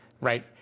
right